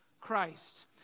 Christ